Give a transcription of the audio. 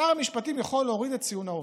שר המשפטים יכול להוריד את ציון העובר.